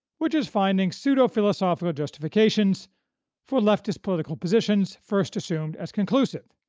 which is finding pseudo-philosophical justifications for leftist political positions first assumed as conclusive.